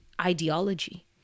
ideology